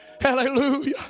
Hallelujah